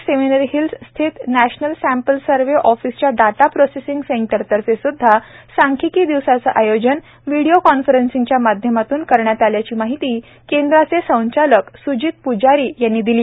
नागपूरच्या CGO complex seminary hills स्थित national sample survey ऑफिसच्या डाटा प्रोसेसिंग सेंटर तर्फे सुद्धा सांख्यिकी दिवसाचे आयोजन व्हिडीओ कॉन्फरसिंच्या माध्यमातून करण्यात आल्याची माहिती केंद्राचे संचालक स्जित प्जारी यांनी दिली आहे